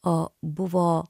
o buvo